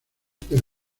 del